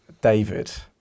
David